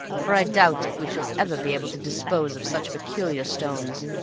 for i doubt if we shall ever be able to dispose of such peculiar stones.